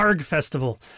festival